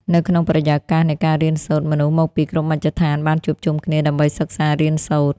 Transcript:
នៅក្នុងបរិយាកាសនៃការរៀនសូត្រ មនុស្សមកពីគ្រប់មជ្ឈដ្ឋានបានជួបជុំគ្នាដើម្បីសិក្សារៀនសូត្រ។